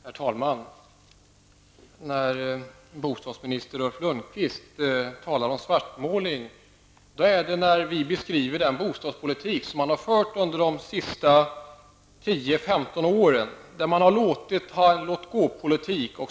Herr talman! Bostadsminister Ulf Lönnqvist talar om svartmålning när vi beskriver den bostadspolitik som har förts under de senaste 10-- 15 åren. Det har förts en låt-gå-politik.